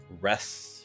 rest